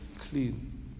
clean